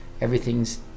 everything's